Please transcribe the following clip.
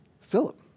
Philip